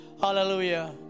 Hallelujah